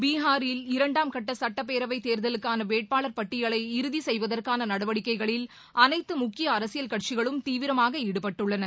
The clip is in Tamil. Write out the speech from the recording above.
பீகாரில் இரண்டாம் கட்ட சட்டப்பேரவைத் தேர்தலுக்கான வேட்பாளர் பட்டியலை இறுதி செய்வதற்கான நடவடிக்கைகளில் அனைத்து முக்கிய அரசியல் கட்சிகளும் தீவிரமாக ஈடுபட்டுள்ளன